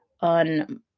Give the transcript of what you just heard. on